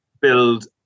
build